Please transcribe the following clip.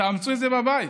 תאמצו את זה בבית.